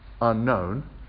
unknown